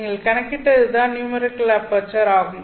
நீங்கள் கணக்கிட்டது தான் நியூமெரிக்கல் அபெர்ச்சர் ஆகும்